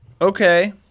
Okay